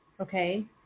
Okay